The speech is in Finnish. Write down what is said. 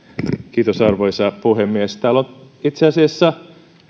harakka arvoisa puhemies täällä itse asiassa